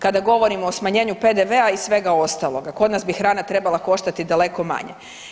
Kada govorimo o smanjenju PVD-a i svega ostaloga kod nas bi hrana trebala koštati daleko manje.